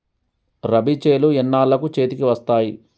రబీ చేలు ఎన్నాళ్ళకు చేతికి వస్తాయి?